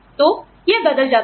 तो यह बदल जाता है